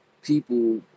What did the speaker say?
people